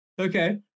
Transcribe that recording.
okay